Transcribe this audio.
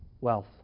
wealth